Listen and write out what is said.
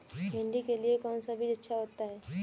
भिंडी के लिए कौन सा बीज अच्छा होता है?